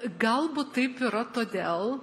galbūt taip yra todėl